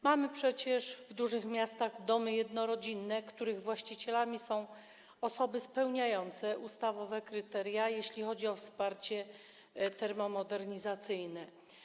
Mamy przecież w dużych miastach domy jednorodzinne, których właścicielami są osoby spełniające ustawowe kryteria, jeśli chodzi o wsparcie termomodernizacyjne.